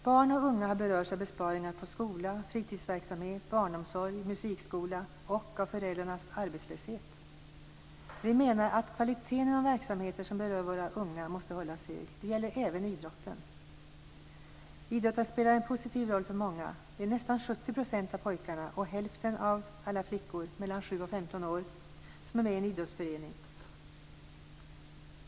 Barn och unga har berörts av besparingar inom skola, fritidsverksamhet, barnomsorg och musikskola, men också av föräldrars arbetslöshet. Vi menar att kvaliteten inom verksamheter som berör våra unga måste hållas hög. Det gäller även idrotten. Idrotten spelar en positiv roll för många. Nästan 70 % av pojkarna och hälften av alla flickor mellan 7 och 15 år är med i en idrottsförening.